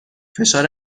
فشار